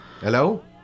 hello